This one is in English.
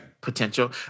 Potential